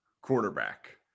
quarterback